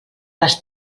les